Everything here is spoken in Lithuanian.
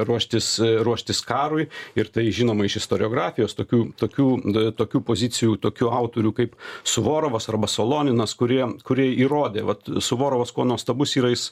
ruoštis ruoštis karui ir tai žinoma iš istoriografijos tokių tokių da tokių pozicijų tokių autorių kaip suvorovas arba soloninas kurie kurie įrodė vat suvorovas kuo nuostabus yra jis